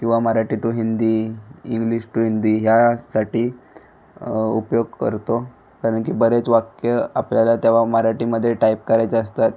किंवा Marathi to Hindi English to Hindi ह्यासाठी उपयोग करतो कारण की बरेच वाक्यं आपल्याला तेव्हा मराठीमध्ये टाईप करायचे असतात